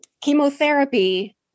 Chemotherapy